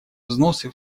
взносы